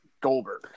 Goldberg